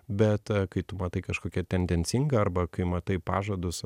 bet kai tu matai kažkokią tendencingą arba kai matai pažadus